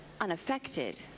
unaffected